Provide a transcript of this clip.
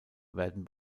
werden